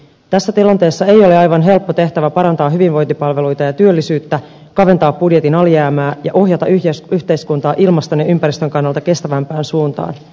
tässä tilanteessa ei ole aivan helppo tehtävä parantaa hyvinvointipalveluita ja työllisyyttä kaventaa budjetin alijäämää ja ohjata yhteiskuntaa ilmaston ja ympäristön kannalta kestävämpään suuntaan